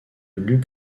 luc